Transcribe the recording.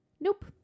Nope